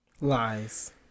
Lies